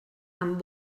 amb